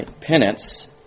Penance